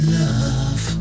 love